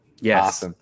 Yes